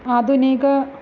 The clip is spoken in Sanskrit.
आधुनिकम्